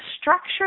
structure